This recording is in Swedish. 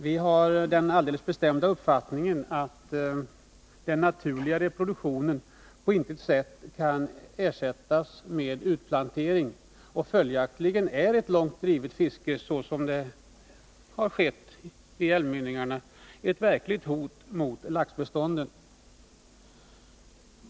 Vi har den alldeles bestämda uppfattningen att den naturliga reproduktionen på intet sätt kan ersättas med utplantering. Följaktligen är ett långt drivet fiske, så som det har skett i älvmynningarna, ett verkligt hot mot laxbeståndet.